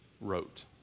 wrote